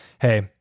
hey